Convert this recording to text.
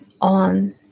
on